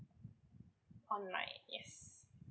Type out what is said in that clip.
online yes